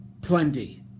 plenty